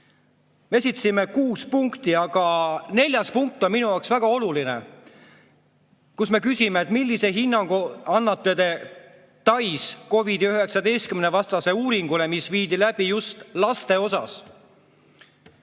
Me esitasime kuus punkti, aga neljas punkt on minu jaoks väga oluline, kus me küsime: millise hinnangu annate te Tais tehtud COVID-19-vastasele uuringule, mis viidi läbi just laste osas?